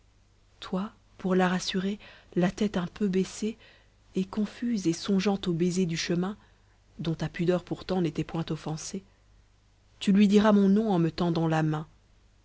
toi pour la rassurer la tête un peu baissée et confuse et songeant aux baisers du chemin dont ta pudeur pourtant n'était point offensée tu lui diras mon nom en me tendant la main